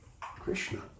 Krishna